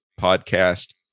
podcast